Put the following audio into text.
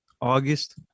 August